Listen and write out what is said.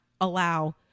allow